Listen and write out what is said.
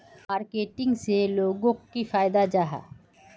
Marketing से लोगोक की फायदा जाहा?